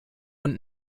und